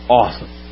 awesome